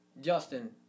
Justin